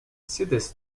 sidis